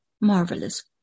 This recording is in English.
marvelous